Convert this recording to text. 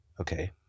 Okay